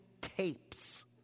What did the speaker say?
tapes